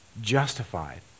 justified